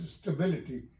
stability